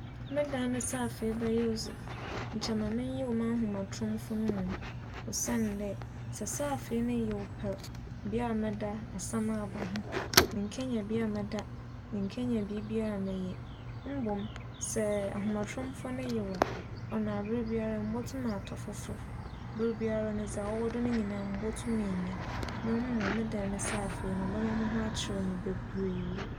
Me dan ne saafee bɛyɛ dze, nkyɛ ma menyew m'ahomatromfo no mbom osiandɛ, sɛ saafee no yew pɛr bea mebɛda asɛm aba ho. Mennkenya bea mebɛda, mennkenya biribiara mebɛyɛ mbom sɛ ahomatromfo no yew a, aber biara mobotum atͻ fofor, ber biara dza ͻwͻ do no mobotum enya na mbom me dan ne saafee no ͻbɛma moho akyer me beberee.